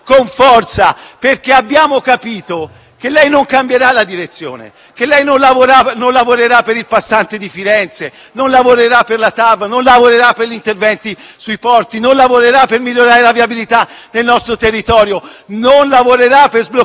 che lei non cambierà la direzione: non lavorerà per il Passante di Firenze, non lavorerà per la TAV, non lavorerà per gli interventi sui porti, non lavorerà per migliorare la viabilità nel nostro territorio e non lavorerà per sbloccare 27 miliardi di euro che le abbiamo lasciato.